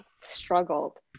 struggled